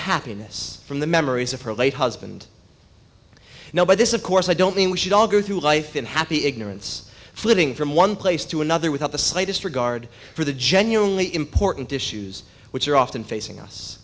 happiness from the memories of her late husband you know by this of course i don't mean we should all go through life in happy ignorance flitting from one place to another without the slightest regard for the genuinely important issues which are often facing us